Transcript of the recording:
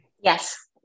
Yes